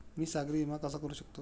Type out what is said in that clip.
मी सागरी विमा कसा करू शकतो?